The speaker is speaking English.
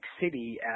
City